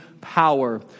power